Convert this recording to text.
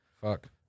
fuck